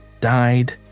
died